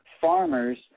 farmers